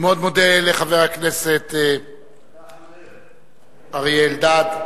אני מאוד מודה לחבר הכנסת אריה אלדד.